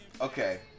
okay